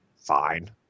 fine